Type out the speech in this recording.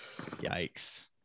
Yikes